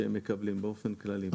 שהם מקבלים באופן כללי.